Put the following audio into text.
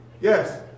Yes